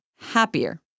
happier